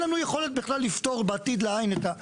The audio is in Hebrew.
לנו יכולת בכלל לפתור בעתיד לעין את,